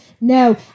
No